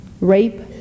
Rape